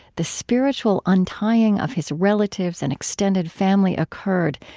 the spiritual untying of his relatives and, extended family occurred,